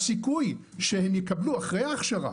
הסיכוי שהם יקבלו אחרי ההכשרה,